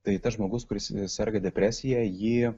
tai tas žmogus kuris serga depresija jį